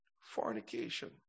Fornication